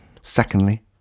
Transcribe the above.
Secondly